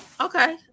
Okay